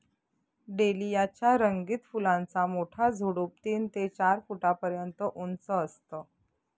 dahlia च्या रंगीत फुलांचा मोठा झुडूप तीन ते चार फुटापर्यंत उंच असतं